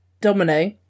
Domino